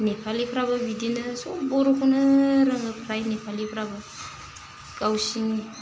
नेपालिफ्राबो बिदिनो सब बर'खौनो रोङो फ्राय नेपालिफ्राबो गावसिनि